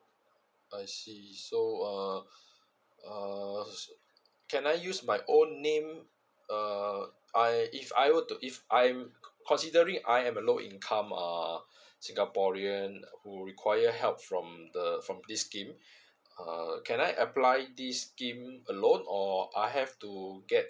I see so uh uh can I use my own name uh I if I were to if I'm considering I am a low income err singaporean who require help from the from this scheme uh can I applied this scheme alone or I have to get